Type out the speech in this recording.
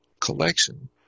collection